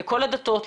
לכל הדתות,